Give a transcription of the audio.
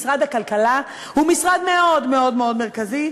משרד הכלכלה הוא משרד מאוד מאוד מרכזי,